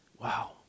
Wow